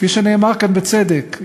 כפי שנאמר כאן בצדק,